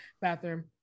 Bathroom